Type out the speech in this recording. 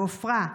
בעופרה,